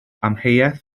amheuaeth